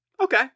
Okay